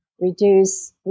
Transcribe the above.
reduce